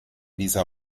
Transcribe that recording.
dieser